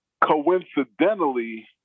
coincidentally